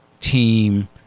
team